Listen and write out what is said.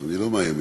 אני לא מהימין.